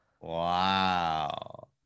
Wow